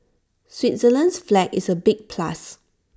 Switzerland's flag is A big plus